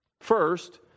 First